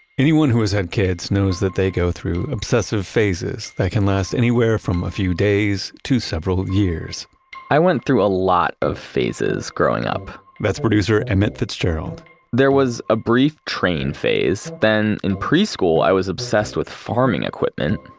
anyone who has had kids knows that they go through obsessive phases that can last anywhere from a few days to several years i went through a lot phases growing up that's producer emmett fitzgerald there was a brief train phase. then in preschool i was obsessed with farming equipment.